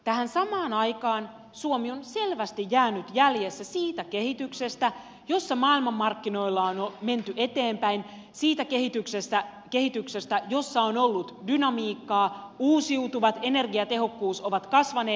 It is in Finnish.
tähän samaan aikaan suomi on selvästi jäänyt jälkeen siitä kehityksestä jossa maailmanmarkkinoilla on menty eteenpäin siitä kehityksestä jossa on ollut dynamiikkaa ja jossa uusiutuvat ja energiatehokkuus ovat kasvaneet